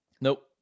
nope